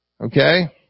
Okay